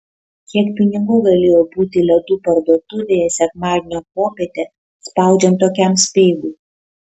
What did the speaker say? kiek pinigų galėjo būti ledų parduotuvėje sekmadienio popietę spaudžiant tokiam speigui